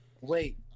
Wait